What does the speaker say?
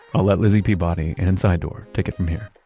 i'll let lizzie peabody and sidedoor take it from here